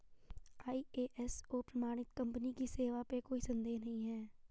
ISO प्रमाणित company की सेवा पे कोई संदेह नहीं है